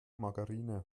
margarine